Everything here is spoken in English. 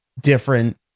different